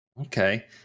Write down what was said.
Okay